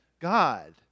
God